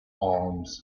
alms